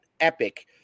epic